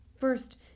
first